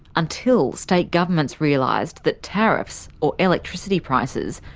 until state governments realised that tariffs, or electricity prices,